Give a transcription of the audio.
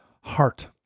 heart